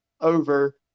over